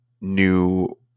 new